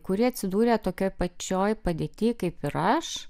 kuri atsidūrė tokioj pačioj padėty kaip ir aš